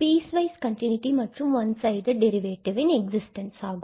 piecewise continuity மற்றும் one sided derivative இன் existence ஆகும்